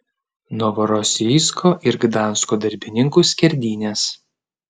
novorosijsko ir gdansko darbininkų skerdynės